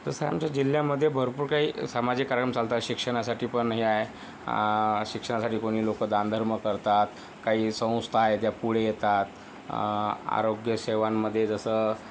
तसं आमच्या जिल्ह्यामध्ये भरपूर काही सामाजिक कार्यक्रम चालतात शिक्षणासाठी पण हे आहे शिक्षणासाठी कुणी लोकं दानधर्म करतात काही संस्था आहेत त्या पुढे येतात आरोग्य सेवांमध्ये जसं